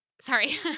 sorry